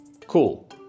cool